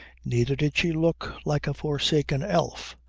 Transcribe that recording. neither did she look like a forsaken elf.